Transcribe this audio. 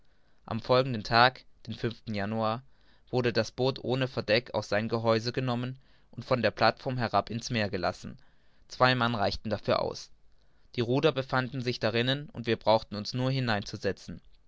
am folgenden tag den januar wurde das boot ohne verdeck aus seinem gehäuse genommen und von der plateform herab in's meer gelassen zwei mann reichten dafür aus die ruder befanden sich darinnen und wir brauchten uns nur hineinzusetzen